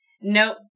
Nope